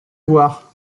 voir